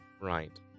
Right